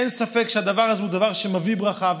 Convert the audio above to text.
אין ספק שהדבר הזה הוא דבר שמביא ברכה,